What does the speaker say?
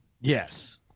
Yes